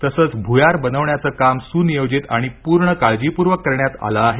तसंच भ्यार बनवण्याचं काम सुनियोजित आणि पूर्ण काळजीपूर्वक करण्यात आलं आहे